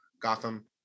Gotham